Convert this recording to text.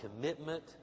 commitment